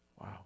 Wow